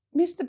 Mr